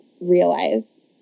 realize